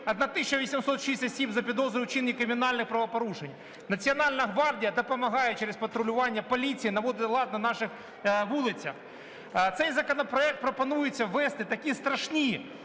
осіб за підозру у вчиненні кримінальних правопорушень. Національна гвардія допомагає через патрулювання поліції наводити лад на наших вулицях. Цим законопроектом пропонується ввести такі страшні,